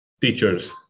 teachers